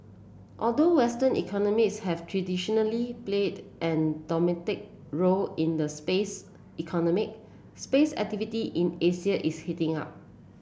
although western economies have traditionally played a dominant role in the space economy space activity in Asia is heating up